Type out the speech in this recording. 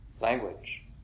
language